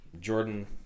Jordan